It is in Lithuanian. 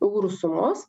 eurų sumos